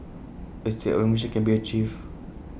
A state of remission can be achieved